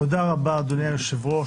תודה רבה, אדוני היושב-ראש.